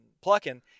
plucking